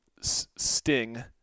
Sting